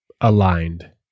aligned